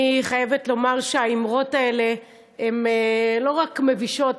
אני חייבת לומר שהאמרות האלה הן לא רק מבישות,